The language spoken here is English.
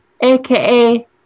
aka